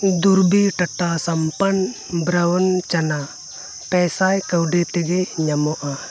ᱫᱩᱨᱵᱤ ᱴᱟᱴᱟ ᱥᱚᱢᱯᱚᱱ ᱵᱨᱟᱣᱩᱱ ᱪᱟᱱᱟ ᱯᱮ ᱥᱟᱭ ᱠᱟᱹᱣᱰᱤ ᱛᱮᱜᱮ ᱧᱟᱢᱜᱼᱟ